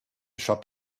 shop